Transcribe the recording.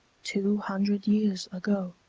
two hundred years ago.